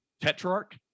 Tetrarch